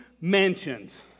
Mansions